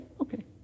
okay